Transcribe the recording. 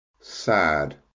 sad